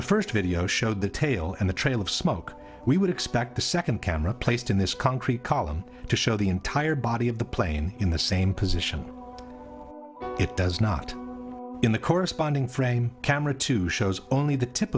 the first video showed the tail and the trail of smoke we would expect the second camera placed in this concrete column to show the entire body of the plane in the same position it does not in the corresponding frame camera two shows only the tip